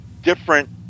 different